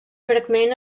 fragment